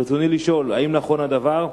ברצוני לשאול: 1. האם נכון הדבר?